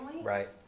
Right